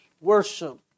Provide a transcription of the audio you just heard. worship